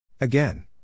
Again